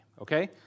Okay